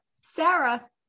Sarah